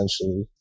essentially